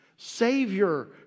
Savior